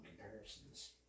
comparisons